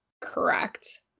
correct